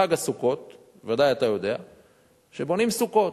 בחג הסוכות, ודאי אתה יודע שבונים סוכות.